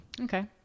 Okay